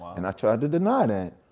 and i tried to deny that,